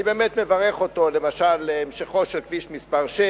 אני באמת מברך אותו, למשל על המשכו של כביש 6,